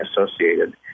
associated